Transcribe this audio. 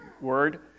word